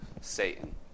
Satan